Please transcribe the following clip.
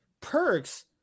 perks